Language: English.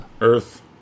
Earth